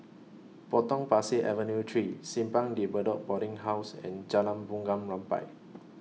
Potong Pasir Avenue three Simpang De Bedok Boarding House and Jalan Bunga Rampai